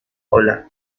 hola